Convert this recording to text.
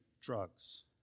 drugs